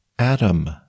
Adam